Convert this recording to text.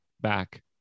back